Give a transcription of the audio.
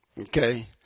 okay